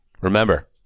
Remember